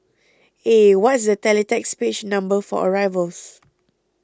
eh what's the teletext page number for arrivals